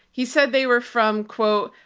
he said they were from, quote,